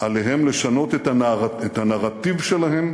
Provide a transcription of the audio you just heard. "עליהם לשנות את הנרטיב שלהם,